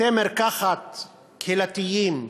בתי-מרקחת קהילתיים,